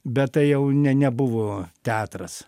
bet tai jau ne nebuvo teatras